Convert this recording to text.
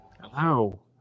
Hello